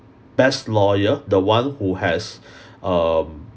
best lawyer the one who has um